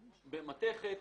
מתכת,